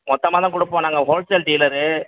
மொத்தமாகதான் கொடுப்போம் நாங்கள் wholesale dealer